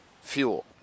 fuel